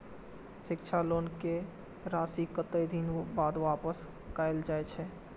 शिक्षा लोन के राशी कतेक दिन बाद वापस कायल जाय छै?